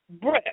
breath